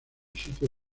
sitio